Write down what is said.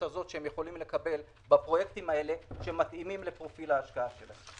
שהם יכולים לקבל בפרויקטים שמתאימים לפרופיל ההשקעה שלהם.